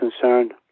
concerned